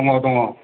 दङ दङ